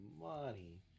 money